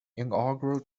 inaugural